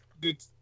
good